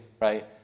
right